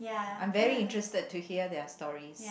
I'm very interested to hear their stories